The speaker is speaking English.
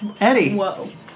Eddie